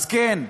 אז כן,